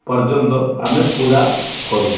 ପର୍ଯ୍ୟନ୍ତ ଆମେ ପୂଜା କରୁ